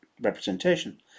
representation